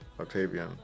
Octavian